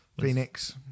Phoenix